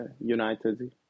United